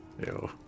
Ew